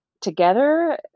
together